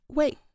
wait